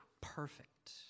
perfect